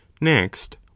next